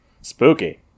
spooky